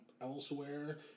elsewhere